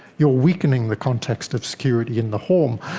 you are weakening the context of security in the home.